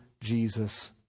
Jesus